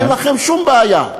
אין לכם שום בעיה.